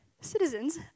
citizens